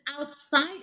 outside